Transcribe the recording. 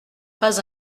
pas